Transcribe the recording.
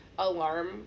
alarm